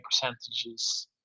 percentages